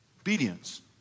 Obedience